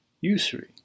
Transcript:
usury